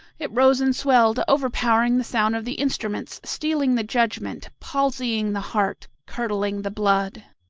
it rose and swelled, overpowering the sound of the instruments, stealing the judgment, palsying the heart, curdling the blood.